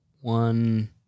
one